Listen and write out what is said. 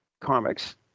Comics